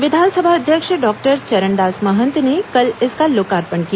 विधानसभा अध्यक्ष डॉक्टर चरणदास महंत ने कल इसका लोकार्पण किया